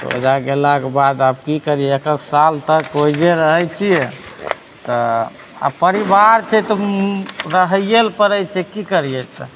ओहिजाँ गेलाके बाद आब की करिए एक एक साल तक ओहिजे रहैत छियै तऽ आ परिबार छै तऽ रहिए लऽ पड़ैत छै की करिए तऽ